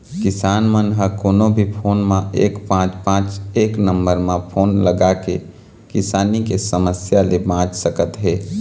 किसान मन ह कोनो भी फोन म एक पाँच पाँच एक नंबर म फोन लगाके किसानी के समस्या ले बाँच सकत हे